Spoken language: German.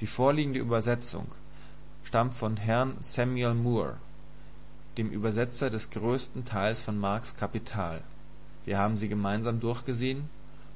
die vorliegende übersetzung stammt von herrn samuel moore dem übersetzer des größten teils von marx kapital wir haben sie gemeinsam durchgesehen